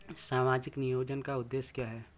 सामाजिक नियोजन का उद्देश्य क्या है?